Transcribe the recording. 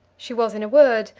she was, in a word,